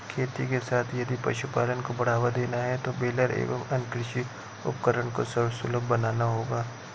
खेती के साथ यदि पशुपालन को बढ़ावा देना है तो बेलर एवं अन्य कृषि उपकरण को सर्वसुलभ बनाना होगा